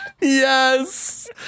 Yes